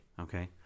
okay